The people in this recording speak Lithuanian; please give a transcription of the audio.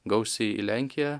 gausiai į lenkiją